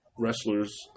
Wrestlers